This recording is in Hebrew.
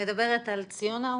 את מדברת על ציונה עמוסי?